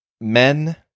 Men